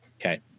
Okay